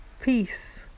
peace